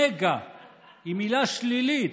המילה נגע היא מילה שלילית,